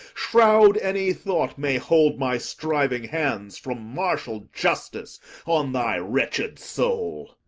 shroud any thought may hold my striving hands from martial justice on thy wretched soul?